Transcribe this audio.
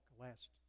last